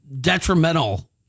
detrimental